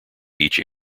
each